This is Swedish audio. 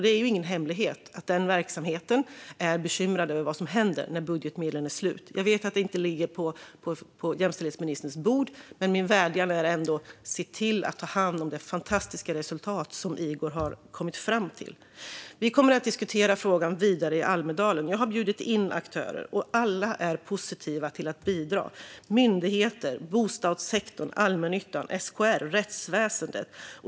Det är ingen hemlighet att man på denna verksamhet är bekymrad över vad som händer när budgetmedlen är slut. Jag vet att det inte ligger på jämställdhetsministerns bord, men min vädjan är ändå: Se till att ta hand om det fantastiska resultat som Igor har uppnått! Vi kommer att diskutera frågan vidare i Almedalen. Jag har bjudit in aktörer, och alla är positiva till att bidra. Det gäller myndigheter, bostadssektorn, allmännyttan, SKR och rättsväsendet.